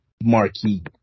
marquee